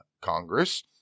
Congress